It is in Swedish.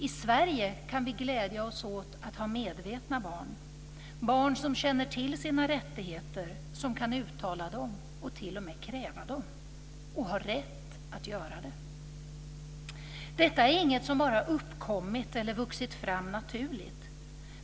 I Sverige kan vi glädja oss åt att ha medvetna barn, barn som känner till sina rättigheter, som kan uttala dem och t.o.m. kräva dem och som har rätt att göra det. Detta är inget som bara uppkommit eller vuxit fram naturligt.